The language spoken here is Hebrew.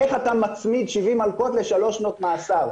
איך אתה מצמיד 70 מלקות לשלוש שנות מאסר.